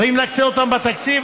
ואם נקצה אותם בתקציב,